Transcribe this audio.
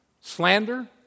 slander